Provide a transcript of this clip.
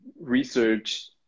research